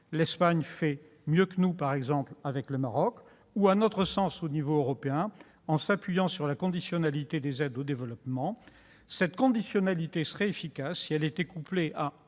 l'Espagne fait mieux que nous, par exemple, avec le Maroc -ou à l'échelon européen, en s'appuyant sur la conditionnalité des aides au développement. Cette mesure serait efficace si elle était couplée à